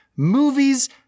Movies